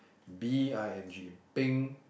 B_I_N_G bing